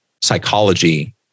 psychology